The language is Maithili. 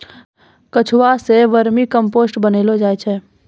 केंचुआ सें वर्मी कम्पोस्ट बनैलो जाय छै